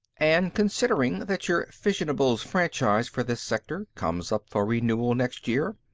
and considering that your fissionables franchise for this sector comes up for renewal next year,